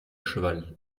cheval